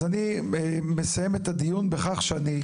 אז אני מסיים את הדיון בכך שאני,